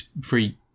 free